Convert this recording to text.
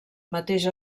mateix